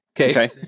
Okay